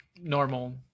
normal